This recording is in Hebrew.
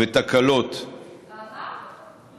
ותקלות, בעבר?